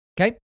Okay